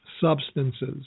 substances